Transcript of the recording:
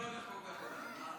אני לא הולך כל כך מהר.